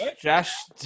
Josh